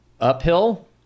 uphill